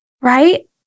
right